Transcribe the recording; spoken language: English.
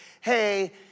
hey